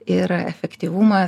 ir efektyvumas